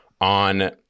on